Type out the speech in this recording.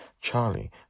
Charlie